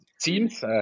teams